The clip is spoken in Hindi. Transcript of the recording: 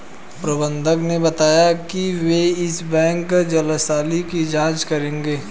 प्रबंधक ने बताया कि वो इस बैंक जालसाजी की जांच करेंगे